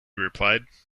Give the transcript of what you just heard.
replied